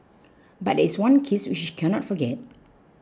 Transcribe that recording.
but there is one case which she can not forget